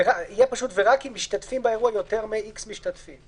יהיה פשוט "ורק אם משתתפים באירועי יותר מ-X משתתפים".